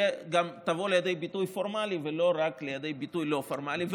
תבוא לידי ביטוי פורמלי ולא רק לידי ביטוי לא פורמלי.